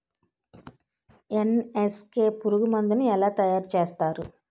NSK పురుగు మందు ను ఎలా తయారు చేస్తారు?